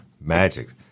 Magic